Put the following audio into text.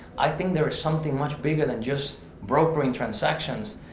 i think there's something much bigger than just brokering transactions